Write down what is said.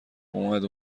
اومد